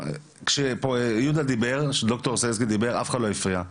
כשיהודה דיבר, אף אחד לא הפריע.